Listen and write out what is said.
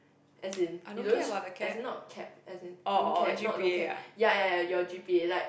as in you don't as not cap as in no cap not don't cap ya ya ya your G_P like